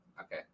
Okay